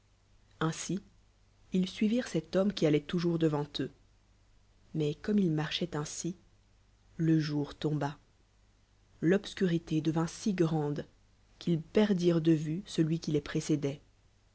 ainli ils suivirent cet hqmnie qui atloii ton iours dcvanteolf mais comme il's marcboieotaioii le jour tomba l'obscurité devint ii grande qu'ils perdirent de vue celui qui les précédéit